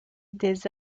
des